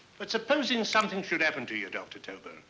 but supposing something should happen to you, dr. tobel.